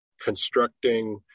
constructing